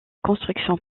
construction